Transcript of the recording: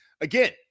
again